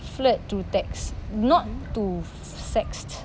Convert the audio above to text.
flirt to text not to sext